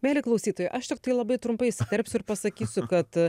mieli klausytojai aš tiktai labai trumpai įsiterpsiu ir pasakysiu kad